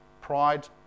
Pride